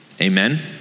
amen